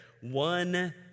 One